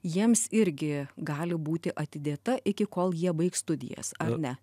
jiems irgi gali būti atidėta iki kol jie baigs studijas ar ne